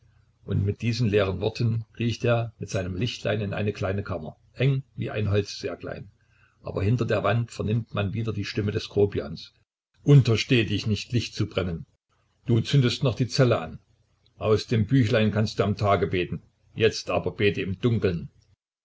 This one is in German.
und mit diesen leeren worten kriecht er mit seinem lichtlein in eine kleine kammer eng wie ein holzsärglein aber hinter der wand vernimmt man wieder die stimme des grobians untersteh dich nicht licht zu brennen du zündest noch die zelle an aus dem büchlein kannst du am tage beten jetzt aber bete im dunkeln